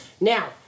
Now